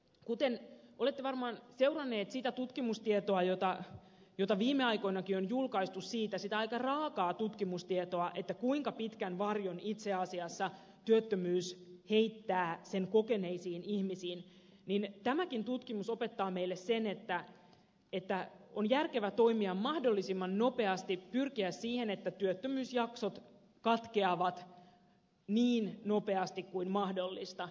kuten olette varmaan seuranneet sitä tutkimustietoa jota viime aikoinakin on julkaistu siitä sitä aika raakaa tutkimustietoa kuinka pitkän varjon itse asiassa työttömyys heittää sen kokeneisiin ihmisiin tämäkin tutkimus opettaa meille sen että on järkevää toimia mahdollisimman nopeasti pyrkiä siihen että työttömyysjaksot katkeavat niin nopeasti kuin mahdollista